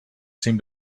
seem